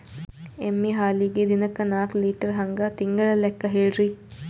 ಎಮ್ಮಿ ಹಾಲಿಗಿ ದಿನಕ್ಕ ನಾಕ ಲೀಟರ್ ಹಂಗ ತಿಂಗಳ ಲೆಕ್ಕ ಹೇಳ್ರಿ?